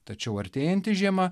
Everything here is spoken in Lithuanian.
tačiau artėjanti žiema